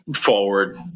forward